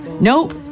nope